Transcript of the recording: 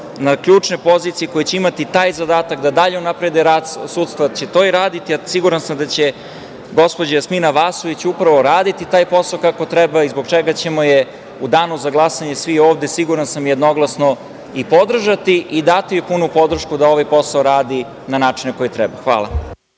na ključne pozicije, koji će imati taj zadatak da dalje unaprede rad sudstva će to i raditi, a siguran sam da će gospođa Jasmina Vasović upravo raditi taj posao kako treba i zbog čega ćemo je u danu za glasanje svi ovde siguran sam jednoglasno podržati i dati joj punu podršku da ovaj posao radi na način na koji treba. Hvala.